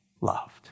loved